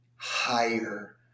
higher